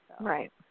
Right